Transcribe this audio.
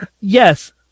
Yes